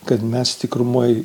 kad mes tikrumoj